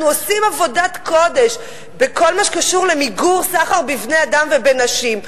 אנחנו עושים עבודת קודש בכל מה שקשור למיגור סחר בבני-אדם ובנשים.